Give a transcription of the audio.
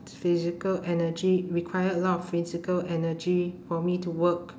physical energy require a lot of physical energy for me to work